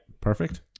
perfect